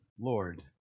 Lord